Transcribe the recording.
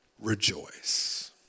rejoice